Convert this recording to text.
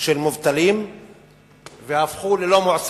של מובטלים והפכו ללא מועסקות.